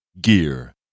Gear